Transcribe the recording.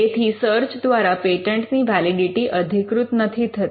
તેથી સર્ચ દ્વારા પેટન્ટની વૅલિડિટિ અધિકૃત નથી થતી